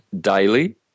daily